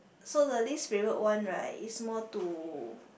so the least favourite one right is more to